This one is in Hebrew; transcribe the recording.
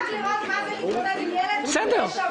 רק לראות מה זה להתמודד עם ילד לשבוע.